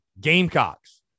Gamecocks